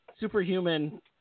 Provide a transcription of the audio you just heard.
superhuman